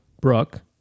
Brooke